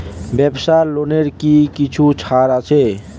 ব্যাবসার লোনে কি কিছু ছাড় আছে?